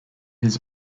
his